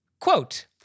Quote